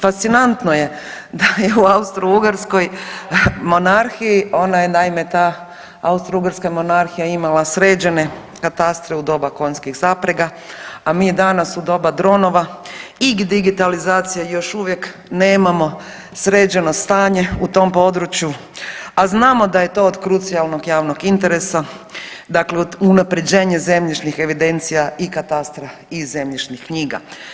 Fascinantno je da je u Austro-Ugarskoj monarhiji, ona je naime ta Austro-Ugarska monarhija imala sređene katastre u doba konjskih zaprega, a mi danas u doba dronova i digitalizacije još uvijek nemamo sređeno stanje u tom području, a znamo da je to od krucijalnog javnog interesa, dakle unaprjeđenje zemljišnih evidencija i katastra i zemljišnih knjiga.